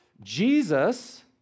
Jesus